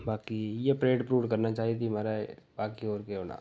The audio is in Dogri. ते इ'यै प्रेड प्रुड करना चाहिदी म्हाराज बाकी होर केह् होना